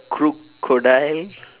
crookcodile